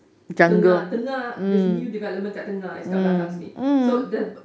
tengah tengah this new development kat tengah kat belakang sini